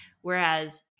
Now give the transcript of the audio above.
Whereas